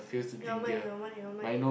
your mic your mic your mic